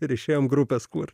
ir išėjome grupės kur